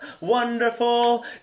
wonderful